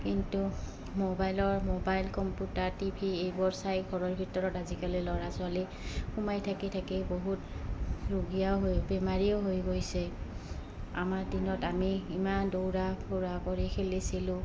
কিন্তু মোবাইলৰ mobile computer TV এইবোৰ চাই ঘৰৰ ভিতৰত আজিকালি ল'ৰা ছোৱালী সোমাই থাকি থাকি বহুত ৰোগীয়া হৈ বেমাৰীও হৈ গৈছে আমাৰ দিনত আমি ইমান দৌৰা ফুৰা কৰি খেলিছিলোঁ